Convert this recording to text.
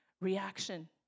reaction